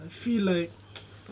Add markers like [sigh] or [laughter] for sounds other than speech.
I feel like [noise]